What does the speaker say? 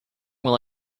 will